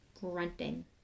grunting